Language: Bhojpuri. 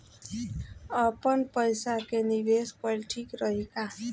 आपनपईसा के निवेस कईल ठीक रही का?